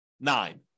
nine